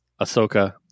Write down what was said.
Ahsoka